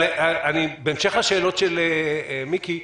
בהמשך השאלות של מיקי,